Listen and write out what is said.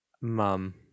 mum